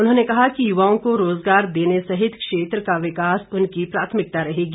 उन्होंने कहा कि युवाओं को रोजगार देने सहित क्षेत्र का विकास उनकी प्राथमिकता रहेगी